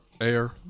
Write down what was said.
air